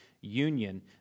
union